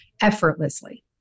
effortlessly